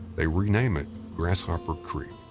they rename it grasshopper creek.